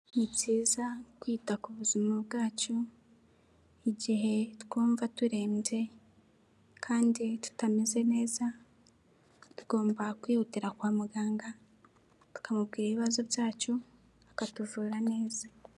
Ni byiza kwita ku buzima bwacu igihe twumva turembye kandi tutameze neza tugomba kwihutira kwa muganga tukamubwira ibibazo byacu akatuvura neza.